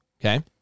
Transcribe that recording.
Okay